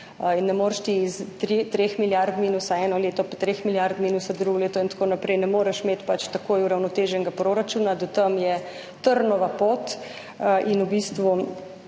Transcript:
ne moreš ti iz 3 milijard minusa eno leto, 3 milijard minusa drugo leto in tako naprej imeti takoj uravnoteženega proračuna. Do tja je trnova pot. Kot